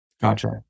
Gotcha